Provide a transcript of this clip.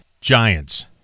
Giants